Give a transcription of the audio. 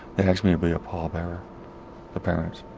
they asked me to be a pall-bearer the parents.